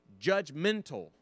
judgmental